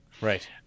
right